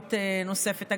ראות נוספת.